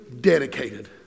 dedicated